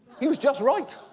he was just right.